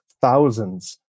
thousands